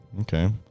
Okay